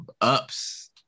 Ups